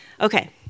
Okay